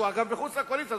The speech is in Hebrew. שהוא אגב מחוץ לקואליציה,